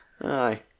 Aye